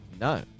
no